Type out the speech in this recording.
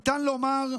ניתן לומר,